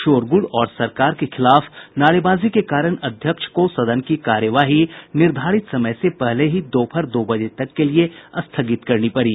शोरगुल और सरकार के खिलाफ नारेबाजी के कारण अध्यक्ष को सदन की कार्यवाही निर्धारित समय से पहले ही दोपहर दो बजे तक के लिये स्थगित करनी पड़ी